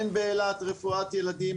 אין באילת רפואת ילדים,